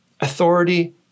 Authority